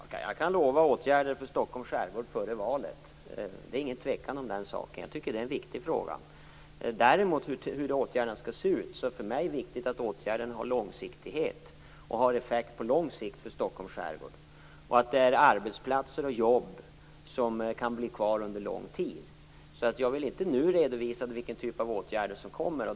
Fru talman! Jag kan lova åtgärder för Stockholms skärgård före valet. Det råder inget tvivel om den saken. Jag tycker att det är en viktig fråga. Däremot är det, när det handlar om hur åtgärden skall se ut, viktigt för mig att den har effekt på lång sikt för Stockholms skärgård. Arbetsplatser och jobb skall kunna vara kvar under lång tid. Jag vill inte nu redovisa vilken typ av åtgärder som kommer.